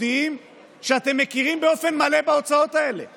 היא יכולה להעביר את החוק הזה בקריאה